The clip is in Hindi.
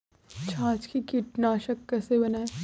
छाछ से कीटनाशक कैसे बनाएँ?